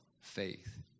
faith